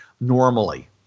normally